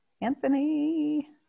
Anthony